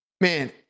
Man